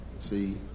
see